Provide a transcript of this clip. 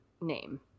name